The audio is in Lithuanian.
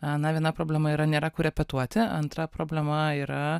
na viena problema yra nėra kur repetuoti antra problema yra